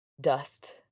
dust